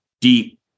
deep